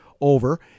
over